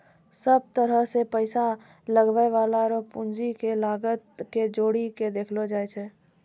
सब तरह से पैसा लगबै वाला रो पूंजी के लागत के जोड़ी के देखलो जाय छै